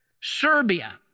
Serbia